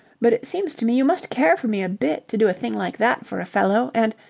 but it seems to me you must care for me a bit to do a thing like that for a fellow. and.